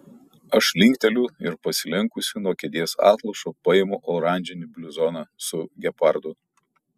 aš linkteliu ir pasilenkusi nuo kėdės atlošo paimu oranžinį bluzoną su gepardu